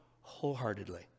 wholeheartedly